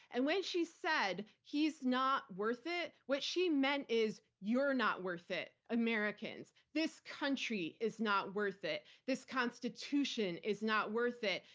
and when she said, he's not worth it, what she meant is, you're not worth it. americans, this country, is not worth it. this constitution is not worth it.